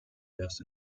erst